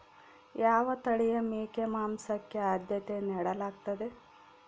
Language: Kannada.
ಯಾವ ತಳಿಯ ಮೇಕೆ ಮಾಂಸಕ್ಕೆ, ಆದ್ಯತೆ ನೇಡಲಾಗ್ತದ?